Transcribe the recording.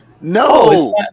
No